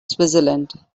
switzerland